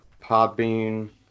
Podbean